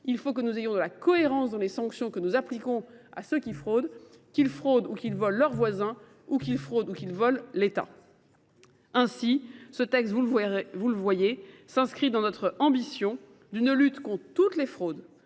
Il faut que nous fassions preuve de cohérence dans les sanctions que nous appliquons à ceux qui fraudent, qu’ils fraudent ou qu’ils volent leurs voisins, ou qu’ils fraudent ou qu’ils volent l’État. Ainsi, ce texte, vous le voyez, s’inscrit dans notre ambition de lutter contre toutes les fraudes